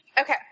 Okay